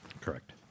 Correct